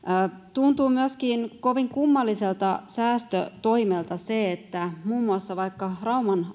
tuntuu myöskin kovin kummalliselta säästötoimelta se että vaikka esimerkiksi rauman